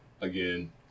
again